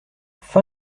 fin